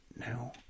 no